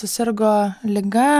susirgo liga